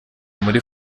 muri